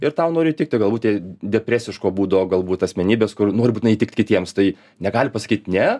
ir tau noriu įtikti o galbūt jie depresiško būdo galbūt asmenybės kur nori būtinai įtikt kitiems tai negali pasakyti ne